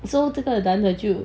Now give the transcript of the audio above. so 这个男的就